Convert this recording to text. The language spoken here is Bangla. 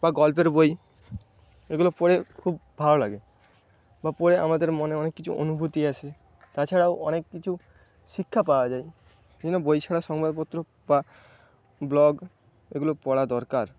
বা গল্পের বই এগুলো পড়ে খুব ভালো লাগে বা পড়ে আমাদের মনে হয় কিছু অনুভুতি আসে তাছাড়াও অনেক কিছু শিক্ষা পাওয়া যায় এইজন্য বই ছাড়া সংবাদপত্র বা ব্লগ এইগুলো পড়া দরকার